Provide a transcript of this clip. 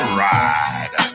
ride